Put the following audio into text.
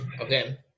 Okay